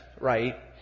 right